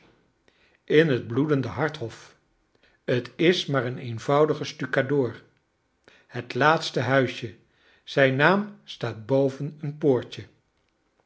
in het bloedende hart hof t is maar een eenvoudige stucadoor het laatste huisje zijn naam staat boven een poortje